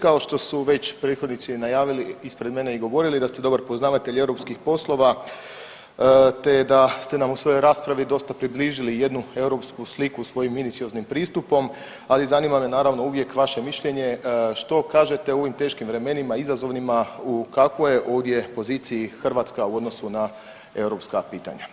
Kao što su već prethodnici najavili ispred mene i govorili da ste dobar poznavatelj europskih poslova te da ste nam u svojoj raspravi dosta približili jednu europsku sliku svojim minucioznim pristupom, ali zanima me naravno uvijek vaše mišljenje što kažete u ovim teškim vremenima izazovnima u kakvoj je ovdje poziciji Hrvatska u odnosu na europska pitanja?